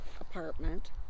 apartment